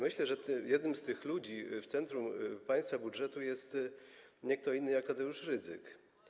Myślę, że jednym z tych ludzi w centrum państwa budżetu jest nie kto inny jak Tadeusz Rydzyk.